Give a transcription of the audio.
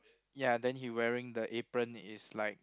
ya then he wearing the apron is like